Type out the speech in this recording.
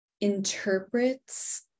interprets